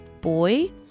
boy